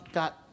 got